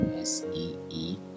S-E-E